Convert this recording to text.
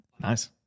nice